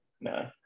No